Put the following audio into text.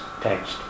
text